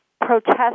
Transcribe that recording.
protest